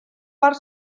part